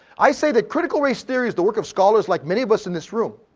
i say that critical race theory is the work of scholars like many of us in this room.